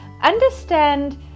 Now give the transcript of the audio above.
understand